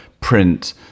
print